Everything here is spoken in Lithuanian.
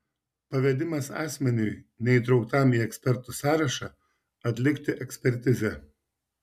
pavedimas asmeniui neįtrauktam į ekspertų sąrašą atlikti ekspertizę